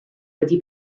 wedi